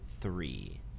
three